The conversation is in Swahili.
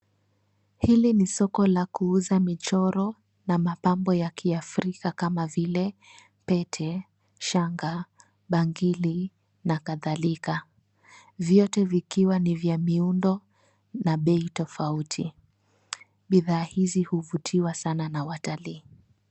Hili ni soko la kuuza michoro na mapambo ya kiafrika kama vile pete, shanga, bangili na kadhalika, vyote vikiwa ni vya miundo na bei tofauti . Bidhaa hizi huvutiwa sana na watalii.